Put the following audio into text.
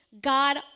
God